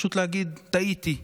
פשוט להגיד: טעיתי.